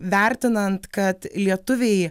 vertinant kad lietuviai